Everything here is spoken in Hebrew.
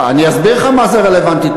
מה זה רלוונטי?